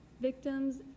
Victims